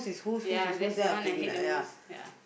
ya that's the one I hate the most ya